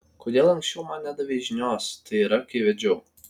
kodėl anksčiau man nedavei žinios tai yra kai vedžiau